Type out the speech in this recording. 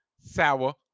sour